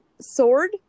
Sword